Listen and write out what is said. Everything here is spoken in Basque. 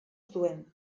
zuen